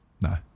No